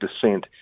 descent